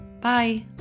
Bye